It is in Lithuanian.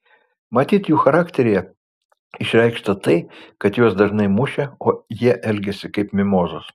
matyt jų charakteryje išreikšta tai kad juos dažnai mušė o jie elgėsi kaip mimozos